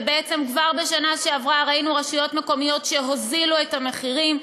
ובעצם כבר בשנה שעברה ראינו רשויות מקומיות שהורידו את המחירים.